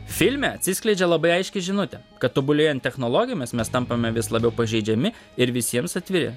filme atsiskleidžia labai aiški žinutė kad tobulėjant technologijomis mes tampame vis labiau pažeidžiami ir visiems atviri